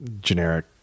generic